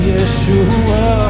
Yeshua